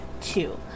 two